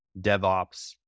DevOps